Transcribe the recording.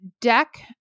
deck